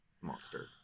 monster